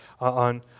on